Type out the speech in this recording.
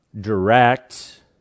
direct